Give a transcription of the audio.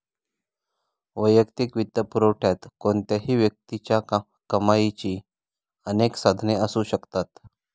वैयक्तिक वित्तपुरवठ्यात कोणत्याही व्यक्तीच्या कमाईची अनेक साधने असू शकतात